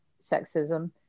sexism